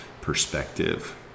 perspective